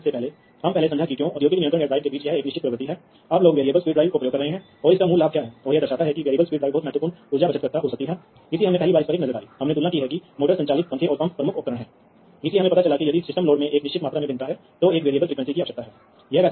जहां तक वायरिंग का सवाल है आप वास्तव में केवल एक जोड़ी तारों को चलाते हैं यह बी है यह वायरिंग का सबसे बड़ा लाभ देता है वहाँ है तो आप जानते हैं कि डिजिटल संचार होने पर भी एक और फायदा है जो आता है क्योंकि आपके पास एक नेटवर्क है बस